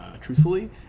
truthfully